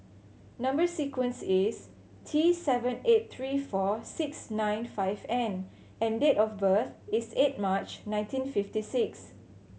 number sequence is T seven eight three four six nine five N and date of birth is eight March nineteen fifty six